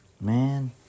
Man